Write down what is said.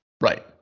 right